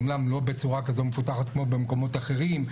אמנם לא בצורה כזו מפותחת כמו במקומות אחרים.